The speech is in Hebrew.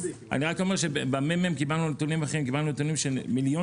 אומר שבממ"מ קיבלנו נתונים אחרים - של מיליארד